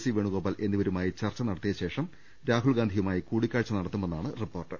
C Venugopal എന്നിവരുമായി ചർച്ച നട ത്തിയ ശേഷം രാഹുൽ ഗാന്ധിയുമായി കൂടിക്കാഴ്ച നടത്തുമെ ന്നാണ് റിപ്പോർട്ട്